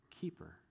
keeper